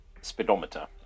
speedometer